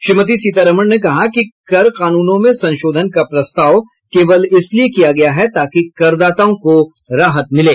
श्रीमती सीतारामन ने कहा कि कर कानूनों में संशोधन का प्रस्ताव केवल इसलिए किया गया है ताकि करदाताओं को राहत मिले